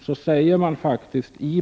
Detta anser även utskottsmajoriteten.